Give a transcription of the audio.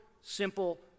simple